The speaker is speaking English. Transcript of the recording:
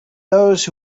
those